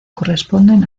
corresponden